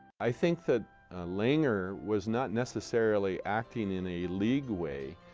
i think that langer was not necessarily acting in a league way.